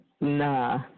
Nah